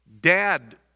dad